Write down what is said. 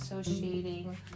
associating